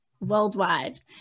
worldwide